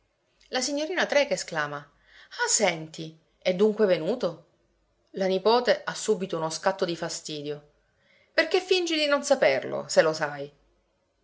la signorina trecke esclama ah senti è dunque venuto la nipote ha subito uno scatto di fastidio perché fingi di non saperlo se lo sai